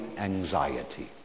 anxiety